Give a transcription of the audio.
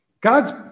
God's